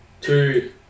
Two